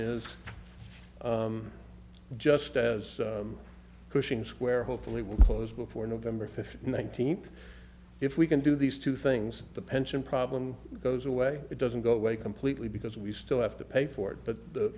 is just as cushing square hopefully will close before november fifth one thousand if we can do these two things the pension problem goes away it doesn't go away completely because we still have to pay for it but the